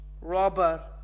robber